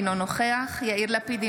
אינו נוכח יאיר לפיד,